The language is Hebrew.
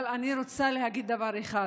אבל אני רוצה להגיד דבר אחד: